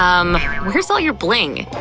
um where's all your bling?